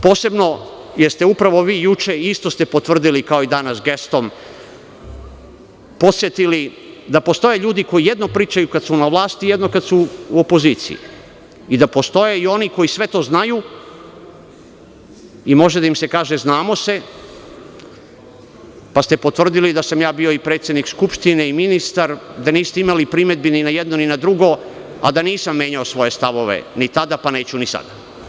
Posebno jer ste upravo vi juče, isto ste potvrdili kao i danas gestom, podsetili da postoje ljudi koji jedno pričaju kada su na vlasti, a drugo kada su u opoziciji i da postoje oni koji sve to znaju i može da im se kaže – znamo se, pa ste potvrdili da sam ja bio i predsednik Skupštine i ministar, da niste imali primedbi ni na jedno ni na drugo, a da nisam menjao svoje stavove ni tada, pa neću ni sada.